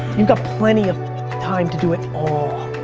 you've got plenty of time to do it all.